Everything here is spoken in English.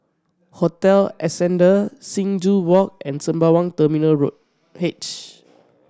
Hotel Ascendere Sing Joo Walk and Sembawang Terminal Road H